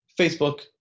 Facebook